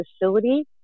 facility